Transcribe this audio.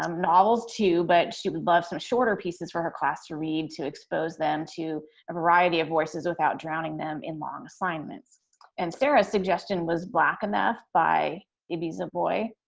um novels too, but she would love some shorter pieces for her class to read to expose them to a variety of voices without drowning them in long assignments and sara's suggestion was black enough by ibi zoboi.